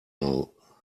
know